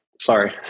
Sorry